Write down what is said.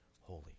holy